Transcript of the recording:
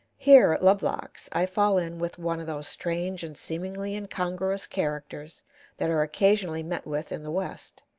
here, at lovelocks, i fall in with one of those strange and seemingly incongruous characters that are occasionally met with in the west.